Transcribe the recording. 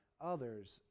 others